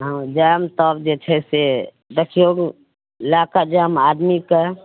जायब तब जे छै से देखियौ लए कऽ जायब आदमीके